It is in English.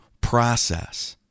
process